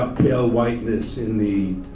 ah pale whiteness in the